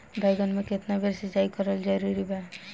बैगन में केतना बेर सिचाई करल जरूरी बा?